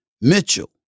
Mitchell